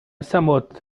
somewhat